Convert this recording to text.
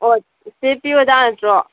ꯑꯣ ꯏꯆꯦ ꯄ꯭ꯔꯤꯌꯣꯗꯥ ꯅꯠꯇ꯭ꯔꯣ